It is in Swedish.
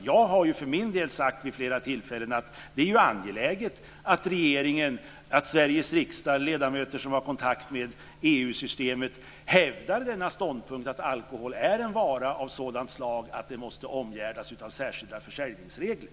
Jag har för min del sagt vid flera tillfällen att det är angeläget att svenska riksdagsledamöter som har kontakt med EU-systemet hävdar denna ståndpunkt att alkohol är en vara av sådant slag att den måste omgärdas av särskilda försäljningsregler.